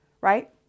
right